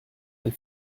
elle